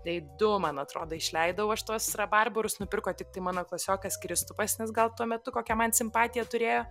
tai du man atrodo išleidau aš tuos rabarbarus nupirko tiktai mano klasiokas kristupas nes gal tuo metu kokią man simpatiją turėjo